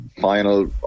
final